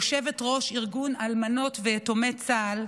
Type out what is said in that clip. יושבת-ראש ארגון אלמנות ויתומי צה"ל,